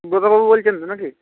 সুব্রত বাবু বলছেন তো নাকি